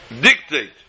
dictate